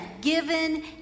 given